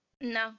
no